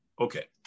Okay